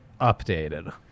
updated